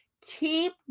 keep